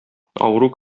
авыру